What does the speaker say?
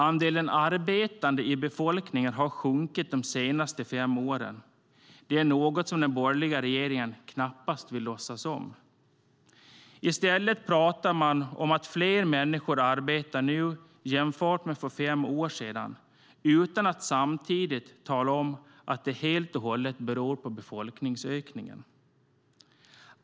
Andelen arbetande i befolkningen har sjunkit de senaste fem åren. Detta är något som den borgerliga regeringen knappt vill låtsas om. I stället pratar man om att fler människor arbetar nu jämfört med för fem år sedan, utan att samtidigt tala om att det helt och hållet beror på befolkningsökningen.